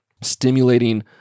stimulating